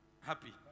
happy